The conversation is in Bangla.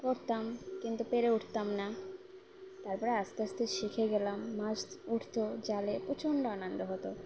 করতাম কিন্তু পেরে উঠতাম না তারপরে আস্তে আস্তে শিখে গেলাম মাছ উঠতো জালে প্রচণ্ড আনন্দ হতো